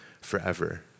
forever